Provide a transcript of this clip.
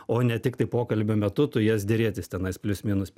o ne tiktai pokalbio metu tu jas derėtis tenais plius minus